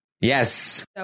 Yes